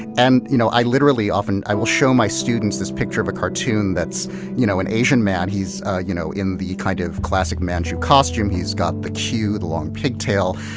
and you know i literally often, i will show my students this picture of a cartoon that's you know an asian man, he's you know in the kind of classic manchu costume. he's got the queue, the long pig tail.